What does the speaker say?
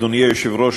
אדוני היושב-ראש,